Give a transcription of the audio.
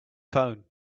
phone